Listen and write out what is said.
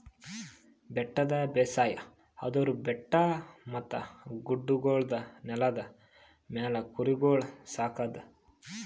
ಬೆಟ್ಟದ ಬೇಸಾಯ ಅಂದುರ್ ಬೆಟ್ಟ ಮತ್ತ ಗುಡ್ಡಗೊಳ್ದ ನೆಲದ ಮ್ಯಾಲ್ ಕುರಿಗೊಳ್ ಸಾಕದ್